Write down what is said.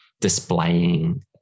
displaying